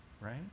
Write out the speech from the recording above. right